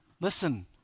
Listen